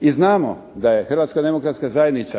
I znamo da je HDZ